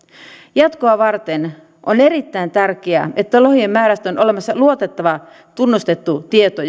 jatkoa varten on erittäin tärkeää että lohien määrästä on olemassa luotettava tunnustettu tieto